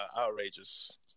outrageous